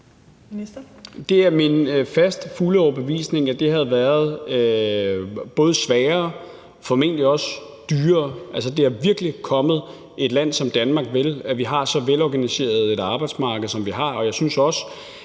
Det er min faste og fulde overbevisning, at det havde været sværere og formentlig også dyrere. Det er virkelig bekommet et land som Danmark vel, at vi har så velorganiseret et arbejdsmarked, som vi har.